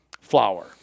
flour